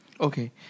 Okay